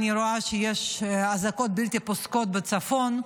אני רואה שיש אזעקות בלתי פוסקות בצפון.